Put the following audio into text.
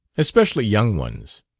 especially young ones.